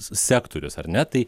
sektorius ar ne tai